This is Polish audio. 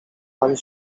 pan